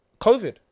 COVID